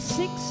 six